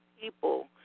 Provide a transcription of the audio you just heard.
people